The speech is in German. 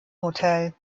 hotel